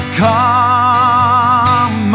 come